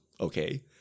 okay